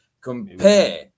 compare